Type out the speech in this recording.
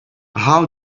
how